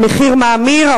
המחיר מאמיר,